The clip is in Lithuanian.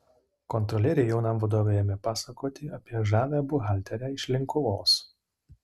kontrolieriai jaunam vadovui ėmė pasakoti apie žavią buhalterę iš linkuvos